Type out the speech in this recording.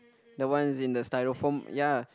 the ones in the styrofoam ya